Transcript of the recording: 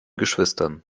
geschwistern